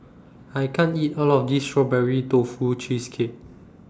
I can't eat All of This Strawberry Tofu Cheesecake